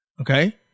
Okay